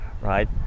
right